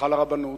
והלכה לרבנות.